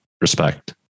respect